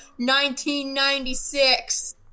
1996